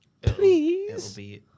Please